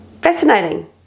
fascinating